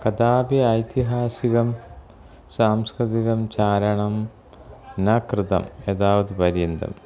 कदापि ऐतिहासिकं सांस्कृतिकं चारणं न कृतं एतावत्पर्यन्तम्